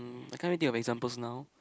I can't really think of examples now